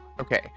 Okay